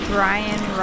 Brian